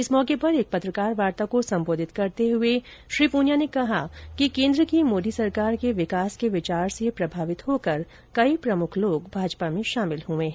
इस मौके पर एक पत्रकार वार्ता को संबोधित करते हुए श्री पूनिया ने कहा कि कोन्द्र की मोदी सरकार के विकास के विचार से प्रभावित होकर कई प्रमुख लोग भाजपा में शामिल हुए हैं